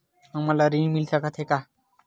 हमन ला ऋण मिल सकत हे का?